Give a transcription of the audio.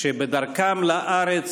שבדרכם לארץ